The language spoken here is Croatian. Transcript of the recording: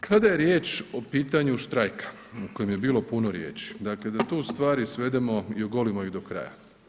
Kada je riječ o pitanju štrajka o kojem je bilo puno riječi, dakle da tu stvari svedemo i ogolimo ih do kraja.